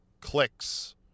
Clicks